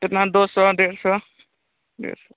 कितना दो सौ डेढ़ सौ डेढ़ सौ